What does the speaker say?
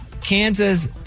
Kansas